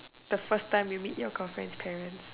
the first time you meet your girlfriend's parents